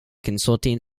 consulting